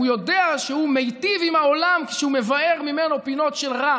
הוא יודע שהוא מיטיב עם העולם כשהוא מבער ממנו פינות של רע